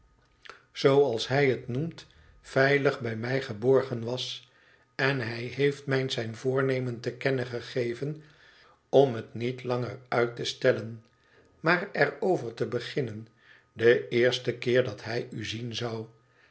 zooals hij het noemt veilig bij mij get orgen was en hij heeft mij zijn voornemen te kennen gegeven om het niet langer uit te stellen maar er over te beginnen den eersten keer dat hij u zien zou